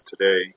today